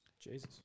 Jesus